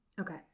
Okay